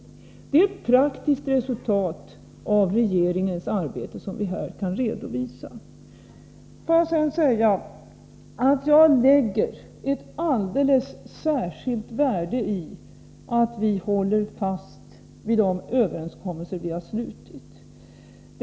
Vad vi här kan redovisa är resultatet av regeringens praktiska arbete. Vidare framhåller jag att jag fäster alldeles särskild vikt vid att vi håller fast vid de överenskommelser som vi slutit.